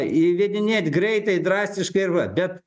įvedinėt greitai drastiškai ir va bet